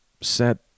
set